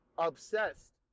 Obsessed